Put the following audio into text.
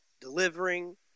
delivering